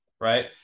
right